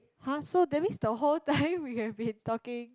!huh! so that means the whole time we have been talking